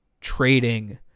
trading